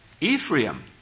Ephraim